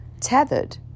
tethered